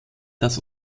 das